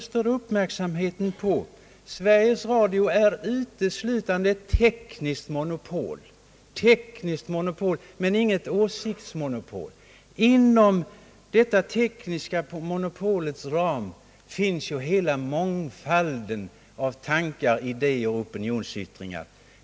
Jag fäster uppmärksamheten på att Sveriges Radio uteslutande är ett tekniskt monopol, men inte något åsiktsmonopol. Inom detta tekniska monopols ram finns ju hela mångfalden av tankar, idéer och opinionsyttringar.